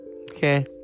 Okay